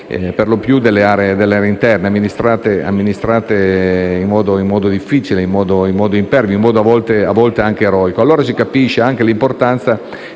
per lo più delle aree interne, amministrate in modo difficile e impervio, a volte anche eroico. Allora si capisce anche l'importanza